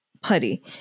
putty